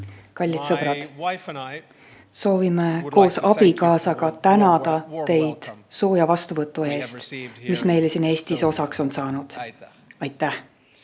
Kallid sõbrad! Soovime koos abikaasaga tänada teid sooja vastuvõtu eest, mis meile siin Eestis osaks on saanud. Aitäh!